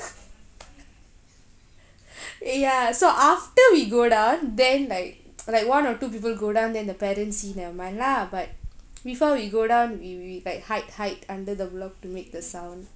ya so after we go down then like like one or two people go down then the parents see never mind lah but before we go down we we like hide hide under the block to make the sound